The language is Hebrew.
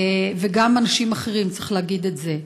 וגם אנשים אחרים, צריך להגיד את זה.